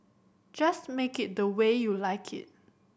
just make it the way you like it